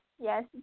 Yes